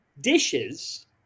dishes